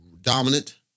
Dominant